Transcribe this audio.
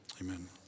amen